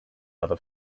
other